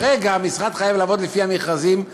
כרגע המשרד חייב לעבוד לפי המכרזים,